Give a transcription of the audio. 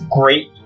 great